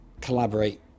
collaborate